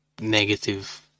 negative